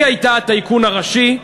היא הייתה הטייקון הראשי,